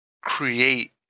Create